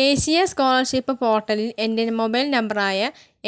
ദേശീയ സ്കോളർഷിപ്പ് പോർട്ടലിൽ എൻ്റെ മൊബൈൽ നമ്പർ ആയ